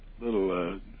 Little